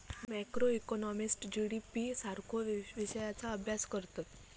macroeconomist GDP सारख्यो विषयांचा अभ्यास करतत